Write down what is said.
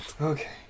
okay